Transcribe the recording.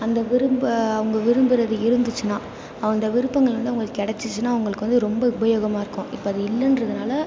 அந்த விரும்ப அவங்க விரும்புகிறது இருந்துச்சுன்னா அந்த விருப்பங்கள் வந்து அவங்களுக்கு கிடச்சிச்சினா அவங்களுக்கு வந்து ரொம்ப உபயோகமாக இருக்கும் இப்போ அது இல்லைன்றதுனால